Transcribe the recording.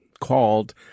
called